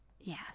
Yes